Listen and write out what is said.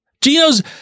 Gino's